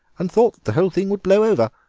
and thought the whole thing would blow over,